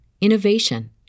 innovation